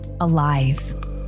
alive